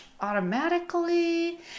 automatically